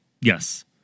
Yes